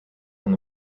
from